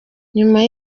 nyuma